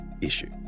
issue